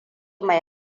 mai